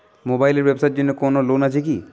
Mobile এর ব্যাবসার জন্য কোন লোন আছে কি?